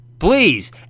Please